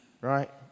right